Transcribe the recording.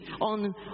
on